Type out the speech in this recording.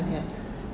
okay